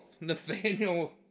Nathaniel